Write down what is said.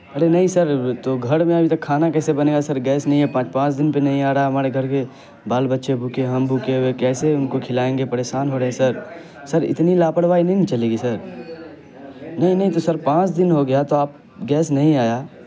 ارے نہیں سر تو گھر میں ابھی تک کھانا کیسے بنے گا سر گیس نہیں ہے پانچ دن پہ نہیں آ رہا ہے ہمارے گھر کے بال بچے بھوکے ہم بھوکے ہوئے کیسے ان کو کھلائیں گے پریشان ہو رہے سر سر اتنی لاپرواہی نہیں نا چلے گی سر نہیں نہیں تو سر پانچ دن ہو گیا تو آپ گیس نہیں آیا